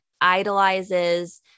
idolizes